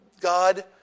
God